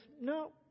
No